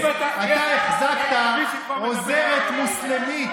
אתה החזקת עוזרת מוסלמית.